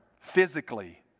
physically